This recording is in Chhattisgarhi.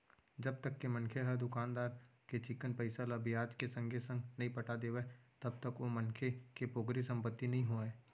जब तक के मनखे ह दुकानदार के चिक्कन पइसा ल बियाज के संगे संग नइ पटा देवय तब तक ओ मनखे के पोगरी संपत्ति नइ होवय